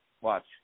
Watch